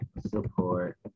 support